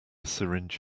syringe